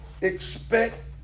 expect